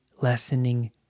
lessening